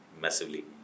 massively